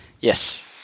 Yes